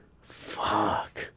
fuck